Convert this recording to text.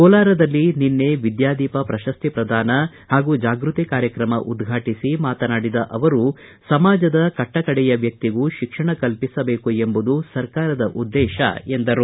ಕೋಲಾರದಲ್ಲಿ ನಿನ್ನೆ ವಿದ್ಯಾದೀಪ ಪ್ರಶಸ್ತಿ ಪ್ರದಾನ ಹಾಗೂ ಜಾಗೃತಿ ಕಾರ್ಯಕ್ರಮ ಉದ್ವಾಟಿಸಿ ಮಾತನಾಡಿದ ಅವರು ಸಮಾಜದ ಕಟ್ಟಕಡೆಯ ವ್ಯಕ್ತಿಗೂ ಶಿಕ್ಷಣ ಕಲ್ಪಿಸಬೇಕು ಎಂಬುದು ಸರ್ಕಾರದ ಉದ್ನೇತ ಎಂದರು